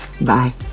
Bye